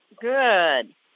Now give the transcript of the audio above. Good